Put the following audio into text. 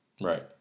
Right